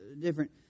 different